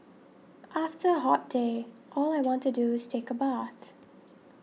after a hot day all I want to do is take a bath